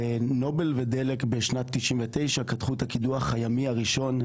נובל ודלק בשנת 99' קדחו את הקידוח הימי הראשון,